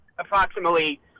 Approximately